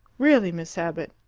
really, miss abbott,